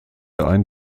ein